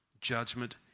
Judgment